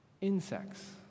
Insects